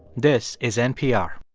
this is npr